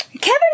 Kevin